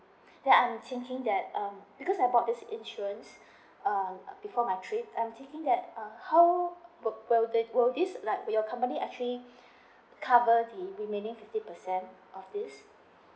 that I'm thinking that um because I bought this insurance uh before my trip I'm thinking that how will that will this like your company actually cover the remaining fifty percent of this